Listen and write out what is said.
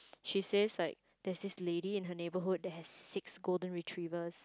she says like there's this lady her neighbourhood that has six golden retrievers